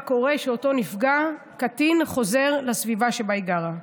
מה קורה כשאותו קטין חוזר לסביבה שבה היא גרה.